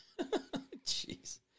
Jeez